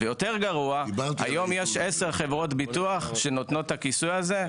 ויותר גרוע: היום יש עשר חברות ביטוח שנותנות את הכיסוי הזה,